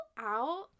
out